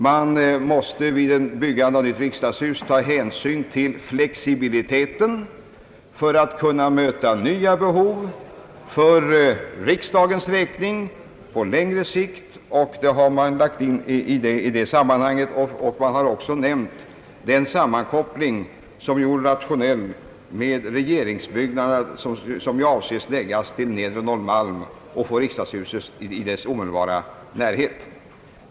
Vid byggandet av ett nytt riksdagshus måste man ta hänsyn till flexibiliteten för att kunna möta nya behov för riksdagens räkning på längre sikt. Man har även nämnt den rationella sammankopplingen med regeringsbyggnaderna, som ju avses förläggas till Nedre Norrmalm och få riksdagshuset i sin omedelbara närhet.